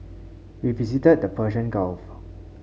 we visited the Persian Gulf